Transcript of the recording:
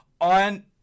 on